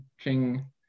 Ching